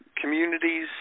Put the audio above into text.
communities